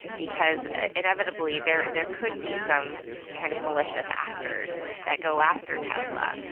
because inevitably there there could be some kind of malicious actors that go after tesla,